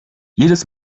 jedes